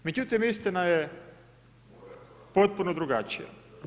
Međutim istina je potpuno drugačija.